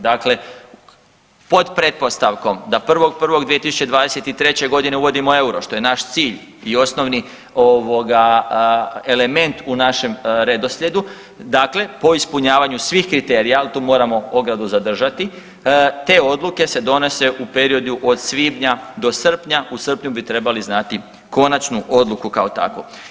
Dakle, pod pretpostavkom da 1.1.2023.g. uvodimo euro, što je naš cilj i osnovni ovoga element u našem redoslijedu, dakle po ispunjavanju svih kriterija, al tu moramo ogradu zadržati, te odluke se donose u periodu od svibnja do srpnja, u srpnju bi trebali znati konačnu odluku kao takvu.